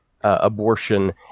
abortion